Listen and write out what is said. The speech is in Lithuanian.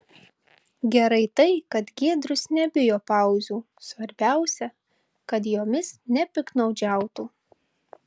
gerai tai kad giedrius nebijo pauzių svarbiausia kad jomis nepiktnaudžiautų